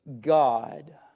God